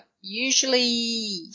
usually